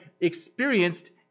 experienced